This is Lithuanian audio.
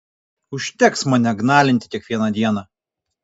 užteks mane gnalinti kiekvieną dieną